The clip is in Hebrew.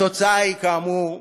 התוצאה היא, כאמור,